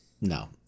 No